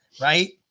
Right